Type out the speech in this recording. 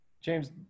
James